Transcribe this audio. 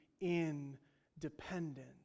independent